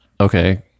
okay